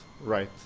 right